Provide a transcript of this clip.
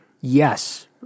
Yes